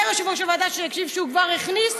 אומר יושב-ראש הוועדה שהוא כבר הכניס,